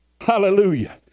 hallelujah